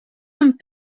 amb